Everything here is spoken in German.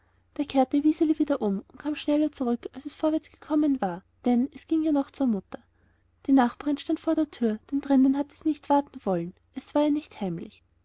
da kehrte wiseli wieder um und kam schneller zurück als es vorwärts gekommen war denn es ging ja noch zur mutter die nachbarin stand vor der tür drinnen hatte sie nicht warten wollen es war ihr nicht heimlich